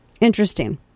Interesting